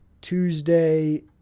Tuesday